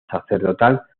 sacerdotal